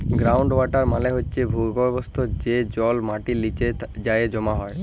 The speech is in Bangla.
গ্রাউল্ড ওয়াটার মালে হছে ভূগর্ভস্থ যে জল মাটির লিচে যাঁয়ে জমা হয়